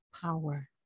power